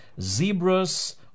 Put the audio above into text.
zebras